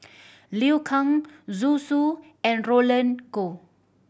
Liu Kang Zhu Xu and Roland Goh